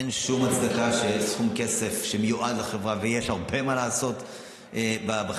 אין שום הצדקה שסכום כסף שמיועד לחברה, ויש הרבה מה לעשות בחברה.